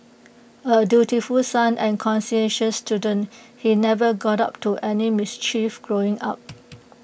A dutiful son and conscientious student he never got up to any mischief growing up